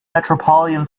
metropolitan